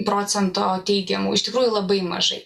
procento teigiamų iš tikrųjų labai mažai